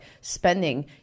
spending